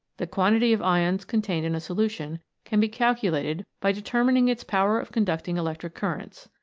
the quantity of ions contained in a solution can be calculated by determining its power of conducting electric currents.